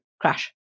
crash